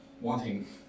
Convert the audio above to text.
wanting